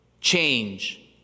change